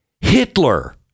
Hitler